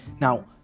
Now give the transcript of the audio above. Now